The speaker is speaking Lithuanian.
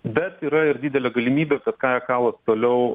bet yra ir didelė galimybė kad kaja kallas toliau